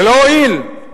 ולא הועיל.